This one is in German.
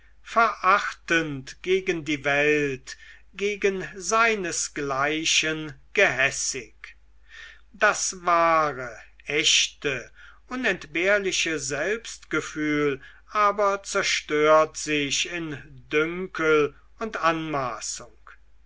verachtend gegen die welt gegen seinesgleichen gehässig das wahre echte unentbehrliche selbstgefühl aber zerstört sich in dünkel und anmaßung